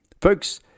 Folks